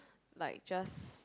like just